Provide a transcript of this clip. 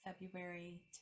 February